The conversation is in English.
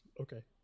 Okay